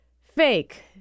fake